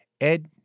Ed